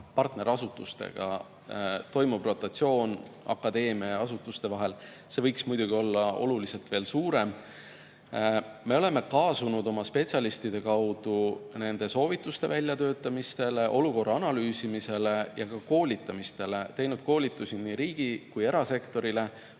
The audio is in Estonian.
partnerasutustega, toimub rotatsioon akadeemia ja asutuste vahel, see võiks muidugi olla oluliselt suurem. Me oleme kaasunud oma spetsialistide kaudu nende soovituste väljatöötamisele, olukorra analüüsimisele ja koolitamisele – teinud koolitusi nii riigi‑ kui ka erasektorile,